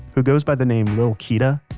who goes by the name lil kida,